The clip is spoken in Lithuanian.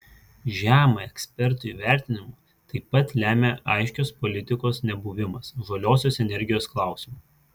žemą ekspertų įvertinimą taip pat lemią aiškios politikos nebuvimas žaliosios energijos klausimu